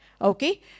okay